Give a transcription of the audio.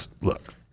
look